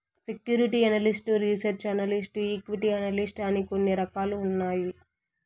security analyst research analyst equity analyst అని కొన్ని రకాలు ఉన్నాయి